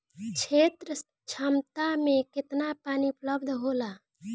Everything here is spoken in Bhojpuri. क्षेत्र क्षमता में केतना पानी उपलब्ध होला?